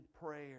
prayer